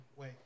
Wait